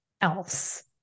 else